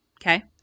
okay